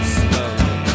slowly